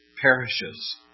perishes